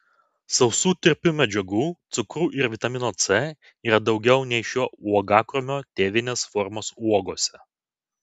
sausų tirpių medžiagų cukrų ir vitamino c yra daugiau nei šio uogakrūmio tėvinės formos uogose